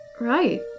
Right